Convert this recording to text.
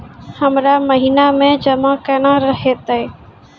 हमरा महिना मे जमा केना हेतै?